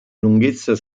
lunghezza